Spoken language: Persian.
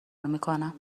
میکنم